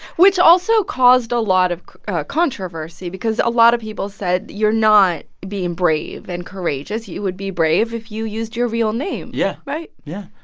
which also caused a lot of controversy because a lot of people said, you're not being brave and courageous. you would be brave if you used your real name yeah right? yeah.